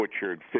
butchered